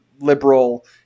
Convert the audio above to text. liberal